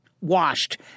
washed